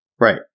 Right